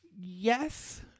Yes